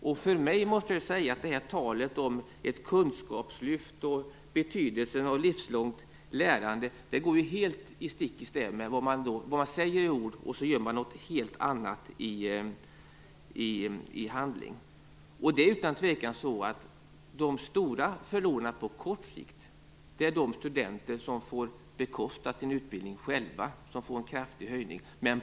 Jag måste säga att jag tycker att det här går helt stick i stäv med talet om ett kunskapslyft och om betydelsen av livslångt lärande. Man säger en sak i ord och gör något helt annat i handling. Det är utan tvekan så att de stora förlorarna på kort sikt är de studenter som får bekosta sin utbildning själva. De får en kraftig höjning.